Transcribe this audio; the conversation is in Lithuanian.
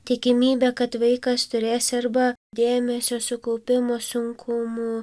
tikimybė kad vaikas turės arba dėmesio sukaupimo sunkumų